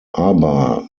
aber